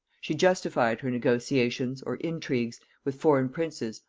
she justified her negotiations, or intrigues, with foreign princes,